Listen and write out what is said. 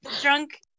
drunk